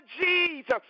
Jesus